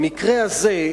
במקרה הזה,